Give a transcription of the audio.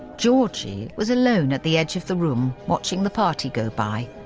georgie was alone at the edge of the room, watching the party go by.